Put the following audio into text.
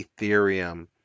Ethereum